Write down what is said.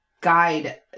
guide